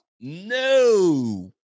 no